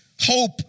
hope